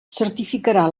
certificarà